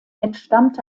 entstammte